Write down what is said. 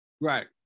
right